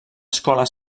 escola